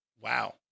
Wow